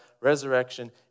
resurrection